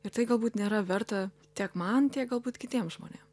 ir tai galbūt nėra verta tiek man tiek galbūt kitiem žmonėm